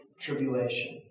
tribulation